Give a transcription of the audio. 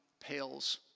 pales